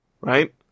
right